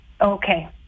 Okay